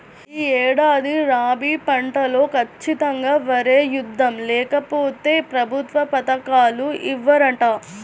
యీ ఏడాది రబీ పంటలో ఖచ్చితంగా వరే యేద్దాం, లేకపోతె ప్రభుత్వ పథకాలు ఇవ్వరంట